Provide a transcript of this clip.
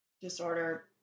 disorder